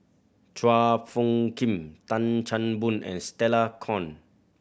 Chua Phung Kim Tan Chan Boon and Stella Kon